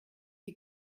die